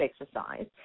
exercise